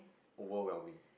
overwhelming